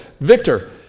Victor